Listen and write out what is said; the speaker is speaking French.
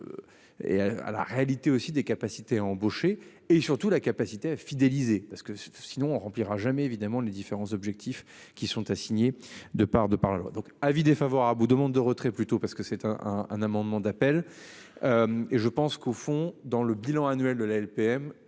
Et à la réalité aussi des capacités, embauché et surtout la capacité à fidéliser parce que sinon on remplira jamais évidemment les différents objectifs qui sont assignés de par de par la loi, donc avis défavorable aux demandes de retrait plutôt parce que c'est un, un amendement d'appel. Et je pense qu'au fond dans le bilan annuel de la LPM,